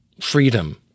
freedom